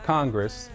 Congress